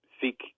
Seek